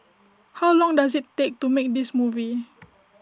how long did IT take to make this movie